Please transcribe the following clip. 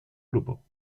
grupo